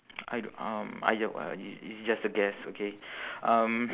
I don't um I j~ uh i~ it's just a guess okay um